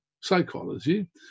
psychology